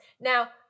Now